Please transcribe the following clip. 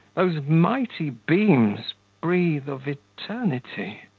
those mighty beams breathe of eternity.